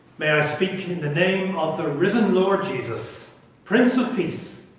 may i speak in the name of the risen lord jesus prince of peace,